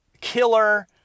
killer